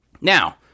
Now